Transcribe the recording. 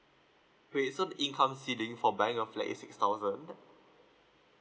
wait so the income ceiling for bank is ninety six thousand